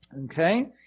Okay